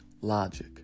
logic